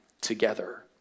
together